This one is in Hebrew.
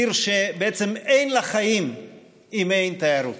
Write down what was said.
העיר שבעצם אין לה חיים אם אין תיירות.